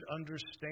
understand